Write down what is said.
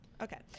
okay